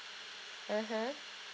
mmhmm